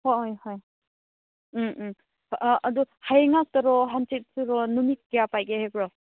ꯍꯣꯏ ꯍꯣꯏ ꯎꯝ ꯎꯝ ꯑꯗꯨ ꯍꯌꯦꯡ ꯉꯥꯛꯇꯔꯣ ꯍꯪꯆꯤꯠꯁꯨꯔꯣ ꯅꯨꯃꯤꯠ ꯀꯌꯥ ꯄꯥꯏꯒꯦ ꯍꯥꯏꯕ꯭ꯔꯣ